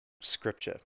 Scripture